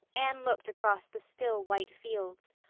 anne looked across the still, white fields,